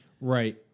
right